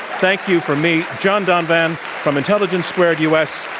thank you from me, john donvan, from intelligence squared u. s.